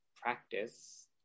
practice